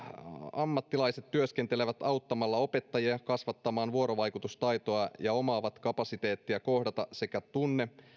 ammattilaiset työskentelevät auttamalla opettajia kasvattamaan vuorovaikutustaitoa ja omaavat kapasiteettia kohdata sekä tunne